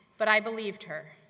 but i believed her.